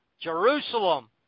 Jerusalem